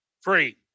Free